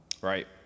Right